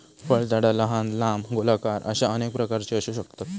फळझाडा लहान, लांब, गोलाकार अश्या अनेक प्रकारची असू शकतत